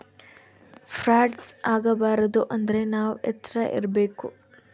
frauds ಆಗಬಾರದು ಅಂದ್ರೆ ನಾವ್ ಎಚ್ರ ಇರ್ಬೇಕು